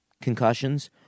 concussions